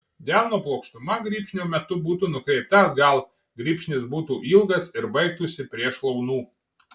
delno plokštuma grybšnio metu būtų nukreipta atgal grybšnis būtų ilgas ir baigtųsi prie šlaunų